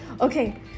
okay